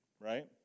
right